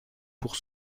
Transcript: pour